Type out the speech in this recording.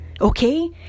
Okay